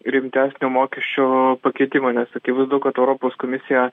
rimtesnio mokesčių pakeitimo nes akivaizdu kad europos komisija